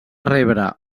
rebre